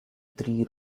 three